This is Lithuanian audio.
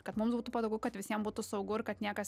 kad mums būtų patogu kad visiem būtų saugu kad niekas